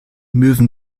möwen